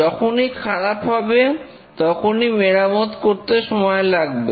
যখনই খারাপ হবে তখনই মেরামত করতে সময় লাগবে